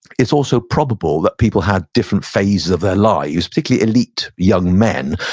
it's also probable that people have different phases of their lives, particularly elite, young men,